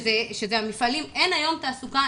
המפעלים אין היום תעסוקה.